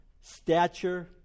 stature